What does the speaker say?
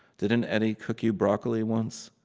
didn't eddie cook you broccoli once?